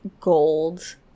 gold